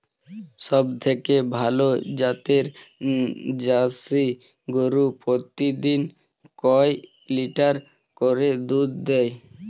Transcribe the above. সবথেকে ভালো জাতের জার্সি গরু প্রতিদিন কয় লিটার করে দুধ দেয়?